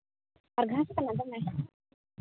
ᱟᱨ ᱜᱷᱟᱥ ᱠᱟᱱᱟ ᱫᱚᱢᱮ